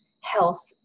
health